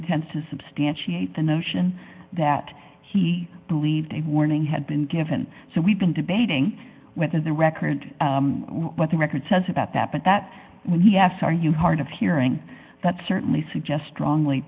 intent to substantiate the notion that he believed a warning had been given so we've been debating whether the record what the record says about that but that when he asks are you hard of hearing that certainly suggest strongly